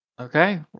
Okay